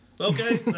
okay